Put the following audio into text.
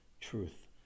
truth